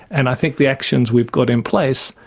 and i think the actions we've got in place,